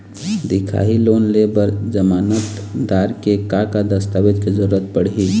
दिखाही लोन ले बर जमानतदार के का का दस्तावेज के जरूरत पड़ही?